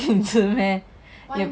why would you say 你